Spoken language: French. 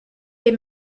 les